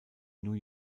new